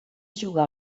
jugar